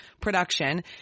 production